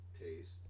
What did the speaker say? taste